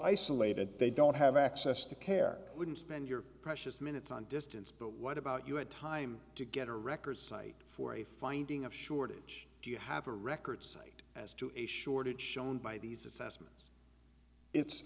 isolated that they don't have access to care wouldn't spend your precious minutes on distance but what about you had time to get a record cite for a finding of shortage do you have a record cite as to a shortage shown by these assessments it's